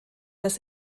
des